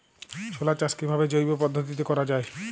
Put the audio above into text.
ছোলা চাষ কিভাবে জৈব পদ্ধতিতে করা যায়?